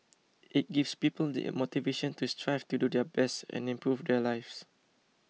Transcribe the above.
it gives people the motivation to strive to do their best and improve their lives